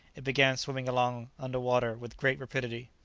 it began swimming along under water with great rapidity.